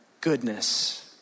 goodness